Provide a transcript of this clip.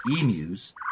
emus